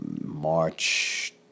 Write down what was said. March